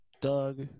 Doug